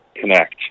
connect